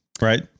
right